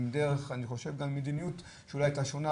עם דרך וגם עם מדיניות שאולי שונה,